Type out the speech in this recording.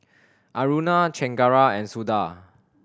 Aruna Chengara and Suda